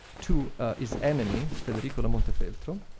to his enemy, federico da montefeltro.